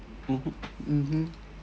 mmhmm mmhmm